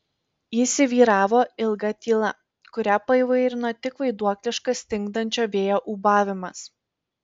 įsivyravo ilga tyla kurią paįvairino tik vaiduokliškas stingdančio vėjo ūbavimas